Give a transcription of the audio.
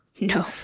No